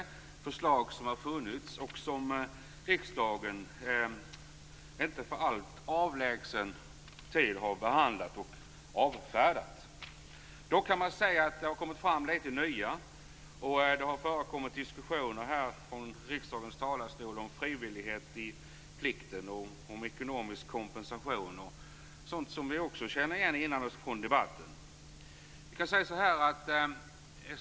Det är förslag som har funnits tidigare och som riksdagen har behandlat för inte så länge sedan och avfärdat. Dock kan man säga att det kommit fram några nya. Det har förekommit diskussioner här från riksdagens talarstol om frivillighet i plikten, om ekonomisk kompensation och sådant som vi också känner igen från debatten tidigare.